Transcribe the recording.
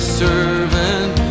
servant